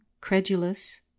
credulous